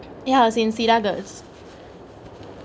ya I was in cedar girls'